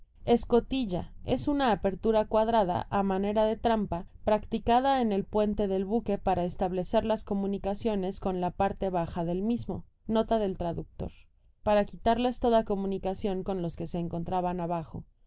escotilla es una abertura cuadrada a manera de trampa practicada en el puente del buque para establecer las coma nicaciones con la parte baja del mismo content from google book search generated at